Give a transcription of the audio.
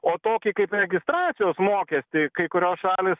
o tokį kaip registracijos mokestį kai kurios šalys